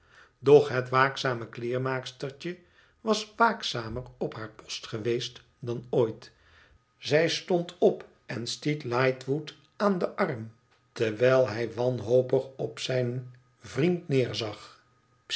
doch het waakzame kleermaakstertje was waakzamer op haar post geweest dan ooit zij stond op en stiet lightwood aan den arm terwijl hij wanhopig op zijn vriend nederzag